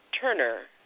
Turner